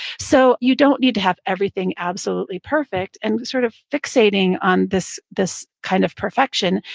so you don't need to have everything absolutely perfect and sort of fixating on this this kind of perfection.